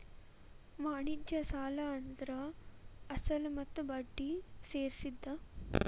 ವಾಣಿಜ್ಯ ಸಾಲ ಅಂದ್ರ ಅಸಲ ಮತ್ತ ಬಡ್ಡಿ ಸೇರ್ಸಿದ್